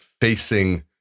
facing